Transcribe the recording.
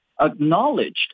acknowledged